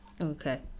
Okay